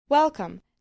Welcome